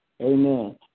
Amen